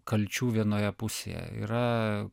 kalčių vienoje pusėje yra